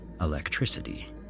electricity